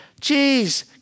Jeez